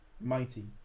mighty